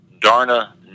Darna